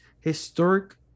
historic